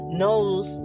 knows